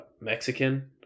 Mexican